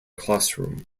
classroom